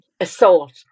Assault